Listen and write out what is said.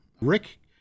Rick